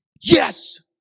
Yes